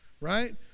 right